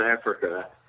Africa